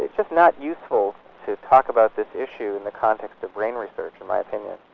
it's just not useful to talk about this issue in the context of brain research in my opinion.